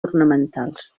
ornamentals